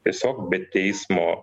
tiesiog be teismo